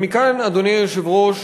ומכאן, אדוני היושב-ראש,